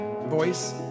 Voice